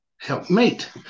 helpmate